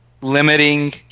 limiting